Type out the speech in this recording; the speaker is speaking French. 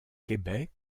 québec